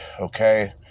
okay